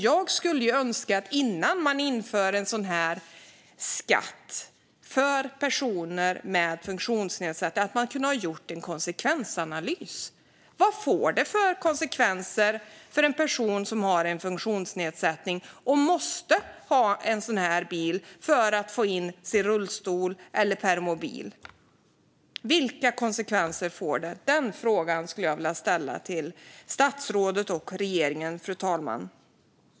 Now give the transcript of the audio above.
Jag skulle önska att man innan man införde en sådan här skatt för personer med funktionsnedsättning kunde ha gjort en konsekvensanalys: Vad får detta för konsekvenser för en person som har en funktionsnedsättning och måste ha en stor bil för att få plats med sin rullstol eller sin permobil? Den frågan skulle jag vilja ställa till statsrådet och regeringen.